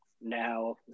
Now